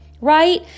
right